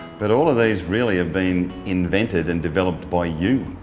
but all of these really have been invented and developed by you.